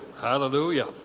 Hallelujah